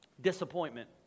disappointment